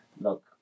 look